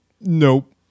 Nope